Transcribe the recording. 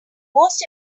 most